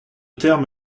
terme